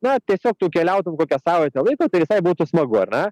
na tiesiog tu keliautum kokią savaitę laiko tai visai būtų smagu ar ne